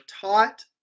taught